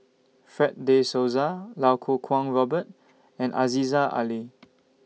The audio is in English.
Fred De Souza Iau Kuo Kwong Robert and Aziza Ali